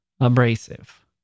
abrasive